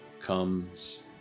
comes